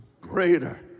Greater